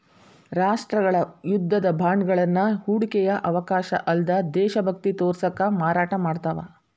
ರಾಷ್ಟ್ರಗಳ ಯುದ್ಧದ ಬಾಂಡ್ಗಳನ್ನ ಹೂಡಿಕೆಯ ಅವಕಾಶ ಅಲ್ಲ್ದ ದೇಶಭಕ್ತಿ ತೋರ್ಸಕ ಮಾರಾಟ ಮಾಡ್ತಾವ